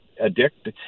addict